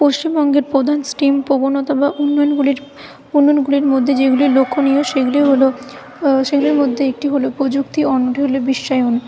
পশ্চিমবঙ্গের প্রধান স্ট্রিম প্রবণতা বা উন্নয়নগুলির উন্নয়নগুলির মধ্যে যেগুলি লক্ষ্যনীয় সেইগুলি হলো সেগুলির মধ্যে একটি হলো প্রযুক্তি অন্যটি হলো বিশ্বায়ন